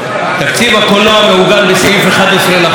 תקציב הקולנוע מעוגן בסעיף 11 לחוק.